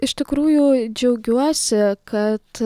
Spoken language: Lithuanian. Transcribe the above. iš tikrųjų džiaugiuosi kad